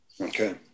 Okay